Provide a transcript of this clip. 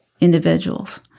individuals